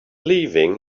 leaving